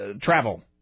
travel